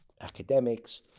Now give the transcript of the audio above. academics